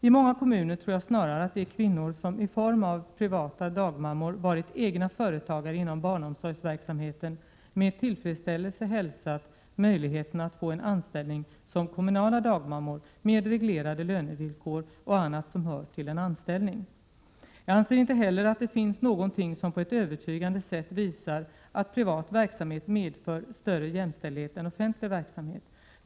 I många kommuner tror jag snarare att de kvinnor som i form av privata dagmammor varit egna företagare inom barnomsorgsverksamheten med tillfredsställelse hälsat möjligheterna att få en anställning som kommunala dagmammor med reglerade lönevillkor och annat som hör till en anställning. Jag anser inte heller att det finns någonting som på ett övertygande sätt visat att privat verksamhet medför större jämställdhet än offentlig verksamhet.